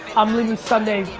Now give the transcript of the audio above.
i'm leaving sunday,